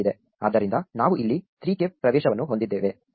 ಆದ್ದರಿಂದ ನಾವು ಇಲ್ಲಿ 3 ಕ್ಕೆ ಪ್ರವೇಶವನ್ನು ಹೊಂದಿದ್ದೇವೆ